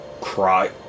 cry